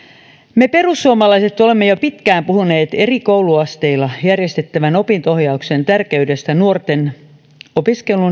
me perussuomalaiset olemme jo pitkään puhuneet eri kouluasteilla järjestettävän opinto ohjauksen tärkeydestä nuorten opiskelun